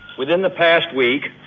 within the past week,